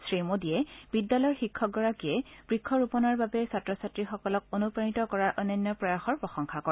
শ্ৰী মোদীয়ে বিদ্যালয়ৰ শিক্ষকগৰাকীয়ে বৃক্ষ ৰোপণৰ বাবে ছাত্ৰ ছাত্ৰীসকলক অনুপ্ৰাণিত কৰাৰ অনন্য প্ৰয়াসৰ প্ৰশংসা কৰে